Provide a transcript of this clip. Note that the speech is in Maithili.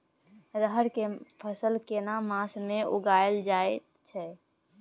रहर के फसल केना मास में उगायल जायत छै?